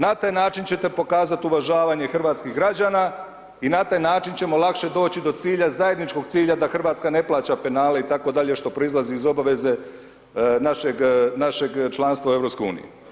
Na taj način ćete pokazat uvažavanje hrvatskih građana i na taj način ćemo lakše doći do cilja, zajedničkog cilja, da Hrvatska ne plaća penale itd., što proizlazi iz obaveze našeg, našeg članstva u EU.